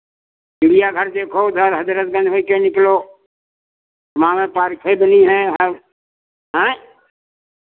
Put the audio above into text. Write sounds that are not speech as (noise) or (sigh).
चिड़ियाघर देखो उधर हज़रतगंज होइके निकलो तमामै पारिखै बनी हैं (unintelligible) हएँ